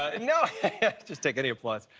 and you know just take any applause.